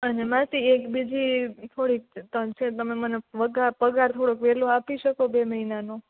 અને માસી એક બીજી થોડીક તનસેર તમે મને પગાર થોડોક વહેલો આપી શકો બે મહિનાનો